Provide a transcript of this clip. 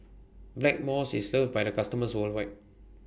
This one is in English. Blackmores IS loved By its customers worldwide